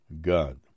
God